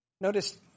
Notice